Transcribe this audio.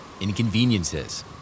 inconveniences